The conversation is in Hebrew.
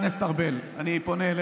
אני פונה דווקא